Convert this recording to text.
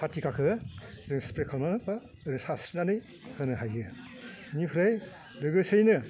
forty गाखौ जों spray खालामो बा ओरै सारस्रिनानै होनो हायो बेनिफ्राय लोगोसेयैनो